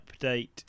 update